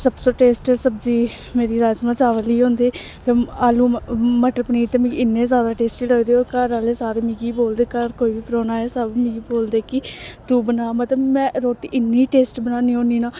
सब सौ टेस्ट सब्जी मेरी राजमांह् चावल ई होंदे आलू मटर पनीर ते मिगी इन्ने जादा टेस्टी लगदे ओह् घर आह्ले सारे मिगी बोलदे घर कोई बी परौह्ना आए सब मिगी बोलदे कि तूं बना मतलब में रोटी इन्नी टेस्ट बनानी होन्नी ना